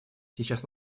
сейчас